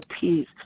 peace